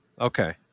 Okay